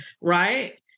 Right